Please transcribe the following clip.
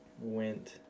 went